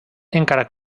encara